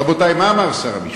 רבותי, מה אמר שר המשפטים?